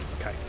Okay